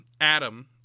Adam